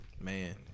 man